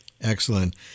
Excellent